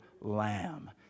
Lamb